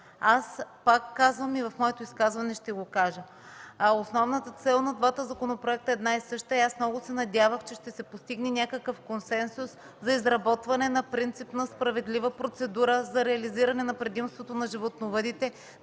Пак казвам, и в моето изказване ще го кажа: основната цел на двата законопроекта е една и съща и много се надявах, че ще се постигне някакъв консенсус за изработване на принципна справедлива процедура за реализиране на предимството на животновъдите,